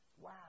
Wow